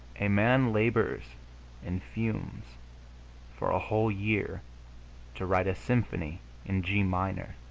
a man labors and fumes for a whole year to write a symphony in g minor.